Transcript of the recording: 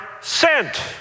sent